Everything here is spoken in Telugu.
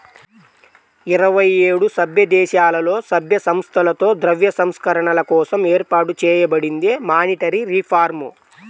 ఇరవై ఏడు సభ్యదేశాలలో, సభ్య సంస్థలతో ద్రవ్య సంస్కరణల కోసం ఏర్పాటు చేయబడిందే మానిటరీ రిఫార్మ్